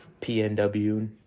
PNW